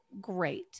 great